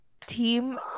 team